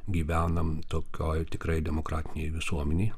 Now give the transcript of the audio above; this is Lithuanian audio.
gyvenam tokioj tikrai demokratinėj visuomenėj